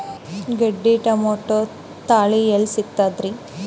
ಗಟ್ಟಿ ಟೊಮೇಟೊ ತಳಿ ಎಲ್ಲಿ ಸಿಗ್ತರಿ?